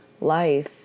life